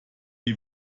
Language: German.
die